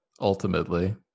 ultimately